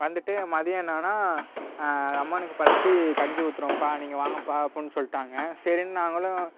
வந்துட்டு மதியம் என்னென்னா அம்மனுக்கு படைச்சி கஞ்சி ஊற்றுறோம்ப்பா நீங்கள் வாங்கப்பா அப்புடின்னு சொல்லிட்டாங்க சரின்னு நாங்களும்